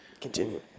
Continue